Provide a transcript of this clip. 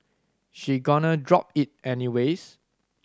she gonna drop it anyways